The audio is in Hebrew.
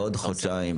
ובעוד חודשים,